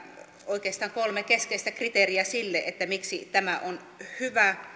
oikeastaan on kolme keskeistä kriteeriä sille miksi on hyvä